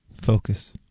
focus